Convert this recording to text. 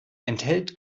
enthält